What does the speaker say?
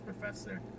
professor